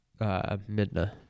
Midna